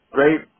Great